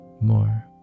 more